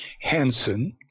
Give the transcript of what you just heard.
Hansen